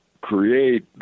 create